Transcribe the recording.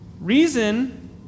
reason